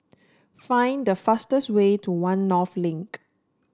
find the fastest way to One North Link